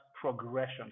progression